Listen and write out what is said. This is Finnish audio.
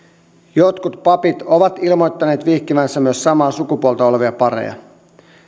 jotkut papit ovat ilmoittaneet vihkivänsä myös samaa sukupuolta olevia pareja